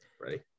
Ready